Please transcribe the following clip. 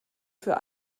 für